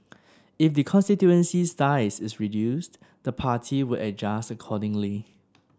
if the constituency's size is reduced the party would adjust accordingly